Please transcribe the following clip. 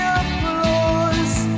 applause